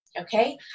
okay